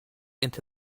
into